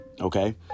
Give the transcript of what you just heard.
okay